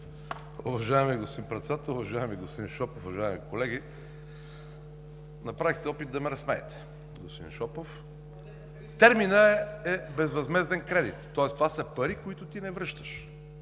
Уважаеми господин Председател, уважаеми господин Шопов, уважаеми колеги! Направихте опит да ме разсмеете, господин Шопов. Терминът е „безвъзмезден кредит“, тоест това са пари, които ти не връщаш.